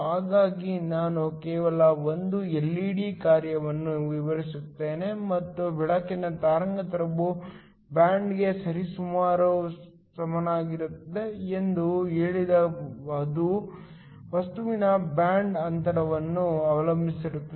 ಹಾಗಾಗಿ ನಾನು ಕೇವಲ ಒಂದು ಎಲ್ಇಡಿ ಕಾರ್ಯವನ್ನು ವಿವರಿಸುತ್ತೇನೆ ಮತ್ತು ಬೆಳಕಿನ ತರಂಗಾಂತರವು ಬ್ಯಾಂಡ್ಗೆ ಸರಿಸುಮಾರು ಸಮಾನವಾಗಿರುತ್ತದೆ ಎಂದು ಹೇಳಿದೆ ಅದು ವಸ್ತುವಿನ ಬ್ಯಾಂಡ್ ಅಂತರವನ್ನು ಅವಲಂಬಿಸಿರುತ್ತದೆ